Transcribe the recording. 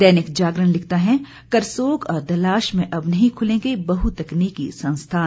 दैनिक जागरण लिखता है करसोग और दलाश में अब नहीं खुलेंगे बहुतकनीकी संस्थान